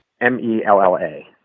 M-E-L-L-A